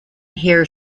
hare